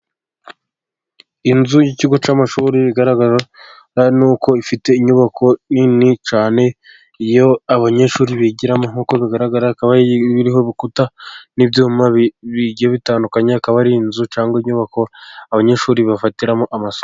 Inzu y'ikigo cy'amashuri igaragara ni uko ifite inyubako nini cyane, iyo abanyeshuri bigiramo nk'uko bigaragara ikaba iriho urukuta n'ibyuma bigiye bitandukanye, akaba ari inzu cyangwa inyubako abanyeshuri bafatiramo amasomo.